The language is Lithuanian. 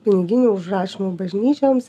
piniginių užrašymų bažnyčioms